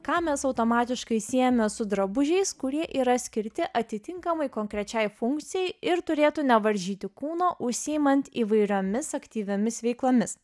ką mes automatiškai siejame su drabužiais kurie yra skirti atitinkamai konkrečiai funkcijai ir turėtų nevaržyti kūno užsiimant įvairiomis aktyviomis veiklomis